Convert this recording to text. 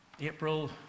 April